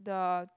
the